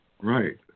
Right